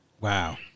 Wow